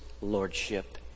Lordship